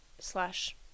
slash